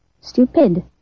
stupid